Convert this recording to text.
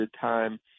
time